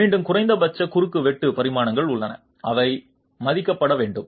மீண்டும் குறைந்தபட்ச குறுக்கு வெட்டு பரிமாணங்கள் உள்ளன அவை மதிக்கப்பட வேண்டும்